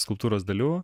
skulptūros dalių